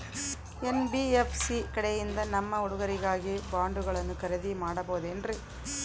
NBFC ಕಡೆಯಿಂದ ನಮ್ಮ ಹುಡುಗರಿಗಾಗಿ ಬಾಂಡುಗಳನ್ನ ಖರೇದಿ ಮಾಡಬಹುದೇನ್ರಿ?